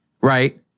right